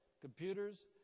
computers